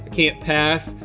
can't pass.